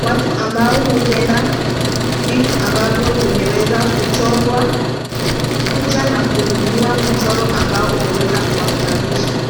Watu ambao hupenda vitu ambavyo vimeweza kuchorwa, huja na kununua mchoro ambao umeweza kuwafurahisha.